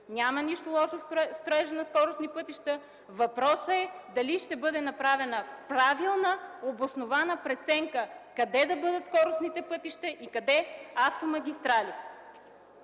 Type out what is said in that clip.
Няма нищо лошо в строежа на скоростни пътища. Въпросът е: дали ще бъде направена правилна, обоснована преценка къде да бъдат скоростните пътища и къде – автомагистралите?